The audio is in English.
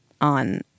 on